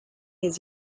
his